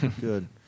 good